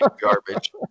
garbage